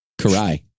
Karai